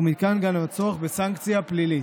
ומכאן גם הצורך בסנקציה פלילית.